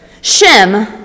Shem